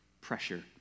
pressure